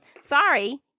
Sorry